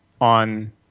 on